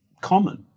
common